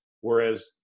Whereas